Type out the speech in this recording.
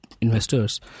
investors